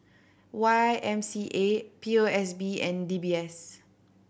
Y M C A P O S B and D B S